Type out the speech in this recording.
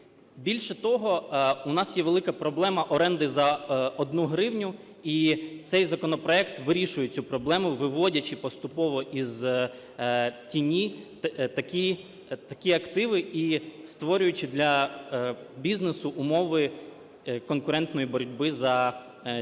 Більше того, у нас є велика проблема оренди за одну гривню, і цей законопроект вирішує цю проблему, виводячи поступово із тіні такі активи і створюючи для бізнесу умови конкурентної боротьби за це